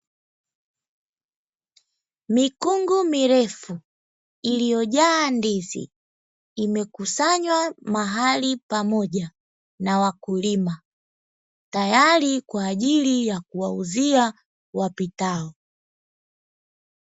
Mikungu mirefu iliyojaa ndizi imekusanywa mahali pamoja na wakulima, tayari kwa ajili ya kuwauzia wapitao.